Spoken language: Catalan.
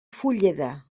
fulleda